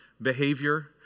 behavior